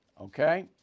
Okay